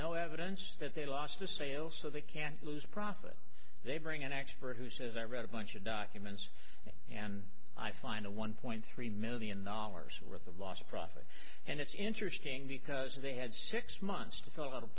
no evidence that they lost the sale so they can't lose profit they bring an expert who says i read a bunch of documents and i find a one point three million dollars worth of lost profits and it's interesting because they had six months to fill out a